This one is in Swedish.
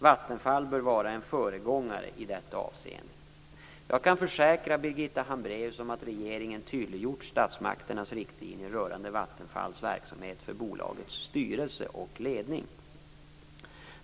Vattenfall bör vara en föregångare i detta avseende. Jag kan försäkra Birgitta Hambraeus om att regeringen tydliggjort statsmakternas riktlinjer rörande Vattenfalls verksamhet för bolagets styrelse och ledning.